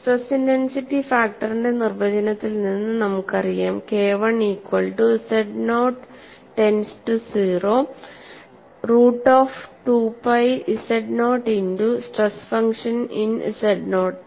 stress intensity ഫാക്ടറിന്റെ നിർവചനത്തിൽ നിന്ന് നമുക്കറിയാം K I equal to z not tends to 0 root of two pi z not into stress function in z not